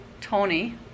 Tony